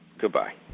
Goodbye